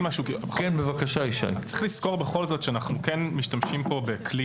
בכל זאת צריך לזכור שאנחנו כן משתמשים כאן בכלי